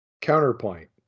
Counterpoint